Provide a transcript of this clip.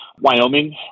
Wyoming